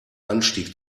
anstieg